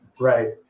right